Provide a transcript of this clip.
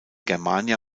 germania